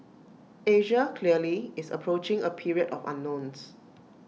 Asia clearly is approaching A period of unknowns